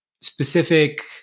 specific